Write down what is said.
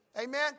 Amen